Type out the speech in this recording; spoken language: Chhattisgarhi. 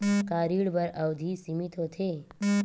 का ऋण बर अवधि सीमित होथे?